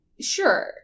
Sure